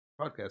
Podcast